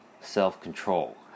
self-control